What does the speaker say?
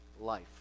life